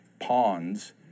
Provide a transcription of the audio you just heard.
ponds